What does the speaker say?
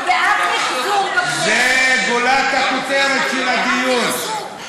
אנחנו בעד, זה גולת הכותרת של הדיון.